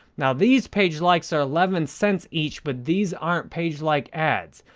now, these page likes are eleven cents each but these aren't page like ads.